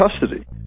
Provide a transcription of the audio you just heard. custody